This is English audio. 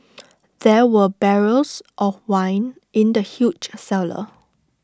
there were barrels of wine in the huge cellar